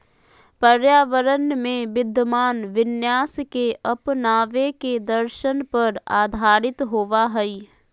पर्यावरण में विद्यमान विन्यास के अपनावे के दर्शन पर आधारित होबा हइ